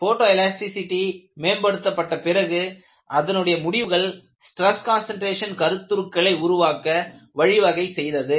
photo elasticity மேம்படுத்தப்பட்ட பிறகு அதனுடைய முடிவுகள் ஸ்டிரஸ் கான்சன்ட்ரேசன் கருத்துருக்களை உருவாக்க வழிவகை செய்தது